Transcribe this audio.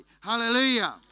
Hallelujah